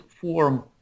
form